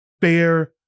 fair